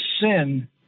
sin